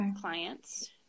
clients